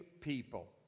people